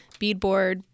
beadboard